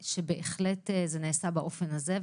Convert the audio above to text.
שבהחלט זה נעשה באופן הזה,